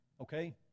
okay